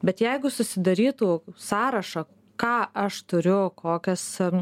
bet jeigu susidarytų sąrašą ką aš turiu kokias